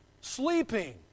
sleeping